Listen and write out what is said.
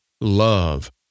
love